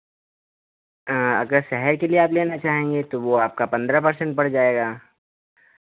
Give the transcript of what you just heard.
अगर शहर के लिए आप लेना चाहेंगे तो वो आपका पन्द्रह पर्सेंट बढ़ जाएगा